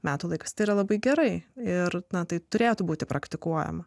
metų laikais tai yra labai gerai ir na tai turėtų būti praktikuojama